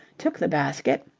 took the basket,